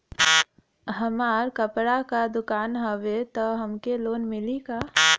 हमार कपड़ा क दुकान हउवे त हमके लोन मिली का?